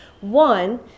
One